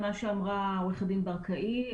עורכת דין ברקאי,